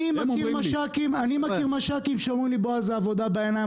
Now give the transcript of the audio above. אני מכיר מש"קים שאומרים שזו עבודה בעיניים,